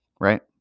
right